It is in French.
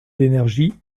d’énergie